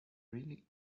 really